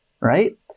right